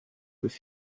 with